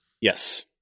Yes